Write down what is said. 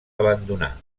abandonar